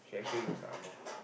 she actually looks Ang Mo